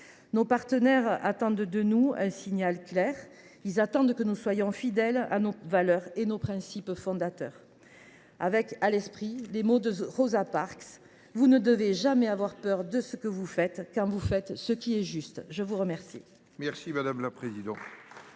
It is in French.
Nos partenaires attendent de nous un signal clair. Ils espèrent que nous serons fidèles à nos valeurs et principes fondateurs et que nous garderons à l’esprit les mots de Rosa Parks :« Vous ne devez jamais avoir peur de ce que vous faites quand vous faites ce qui est juste. » La parole